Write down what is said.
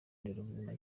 nderabuzima